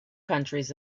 countries